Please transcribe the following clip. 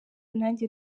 nanjye